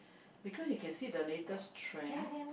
because you can see the latest trend